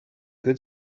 good